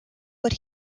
but